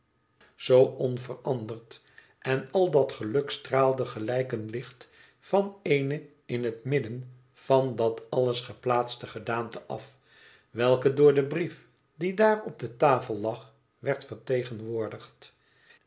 zoo onveranderd en al dat geluk straalde gelijk een licht van eene in het midden van dat alles geplaatste gedaante af welke door den brief die daar op de tafel lag werd vertegenwoordigd